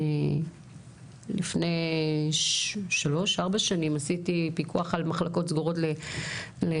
כי לפני שלוש-ארבע שנים עשיתי פיקוח על מחלקות סגורות לילדים